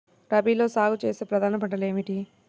రబీలో సాగు చేసే ప్రధాన పంటలు ఏమిటి?